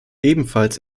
ebenfalls